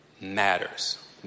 matters